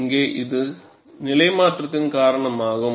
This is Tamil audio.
இங்கே இது நீலை மாற்றத்தின் காரணமாகும்